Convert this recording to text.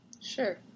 Sure